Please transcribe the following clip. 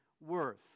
worth